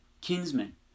kinsman